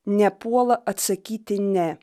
nepuola atsakyti ne